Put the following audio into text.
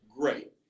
Great